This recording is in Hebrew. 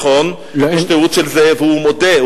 נכון, יש תיעוד של זה, והוא מודה.